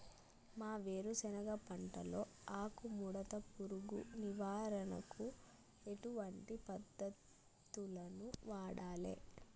మా వేరుశెనగ పంటలో ఆకుముడత పురుగు నివారణకు ఎటువంటి పద్దతులను వాడాలే?